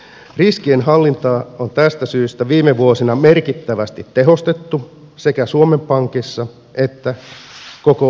riskien hallintaa on tästä syystä viime vuosina merkittävästi tehostettu sekä suomen pankissa että koko eurojärjestelmän tasolla